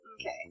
Okay